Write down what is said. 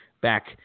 back